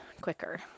quicker